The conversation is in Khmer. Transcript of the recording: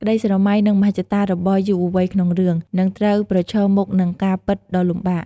ក្តីស្រមៃ និងមហិច្ឆតារបស់យុវវ័យក្នុងរឿង នឹងត្រូវប្រឈមមុខនឹង ការពិតដ៏លំបាក ។